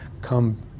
come